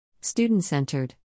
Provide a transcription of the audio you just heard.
student-centered